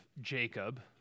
Jacob